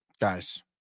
guys